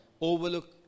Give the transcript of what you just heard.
overlook